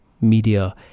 media